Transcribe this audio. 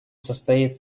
состоит